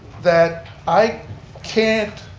that i can't